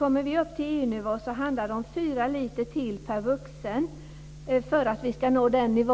Kommer vi upp till EU-nivå handlar det om 4 liter till per vuxen.